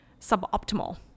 suboptimal